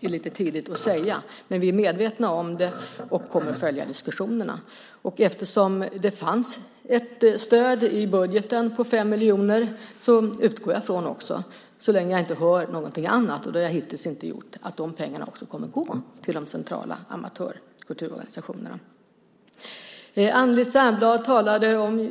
är lite tidigt att säga. Men vi är medvetna om det här och kommer att följa diskussionerna. Och eftersom det fanns ett stöd i budgeten på 5 miljoner utgår jag från att de pengarna också kommer att gå till de centrala amatörkulturorganisationerna. Det gör jag så länge jag inte hör någonting annat, och det har jag hittills inte gjort. Sedan gäller det vad Anneli Särnblad talade om.